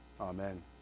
Amen